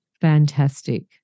Fantastic